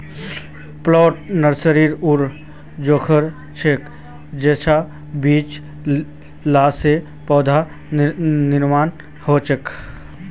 plant nursery उर जोगोह छर जेंछां बीज ला से पौधार निर्माण होछे